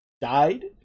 died